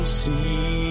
see